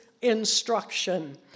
instruction